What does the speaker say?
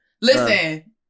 Listen